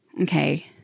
Okay